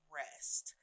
rest